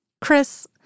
Chris